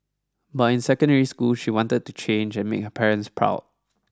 but in secondary school she wanted to change and make her parents proud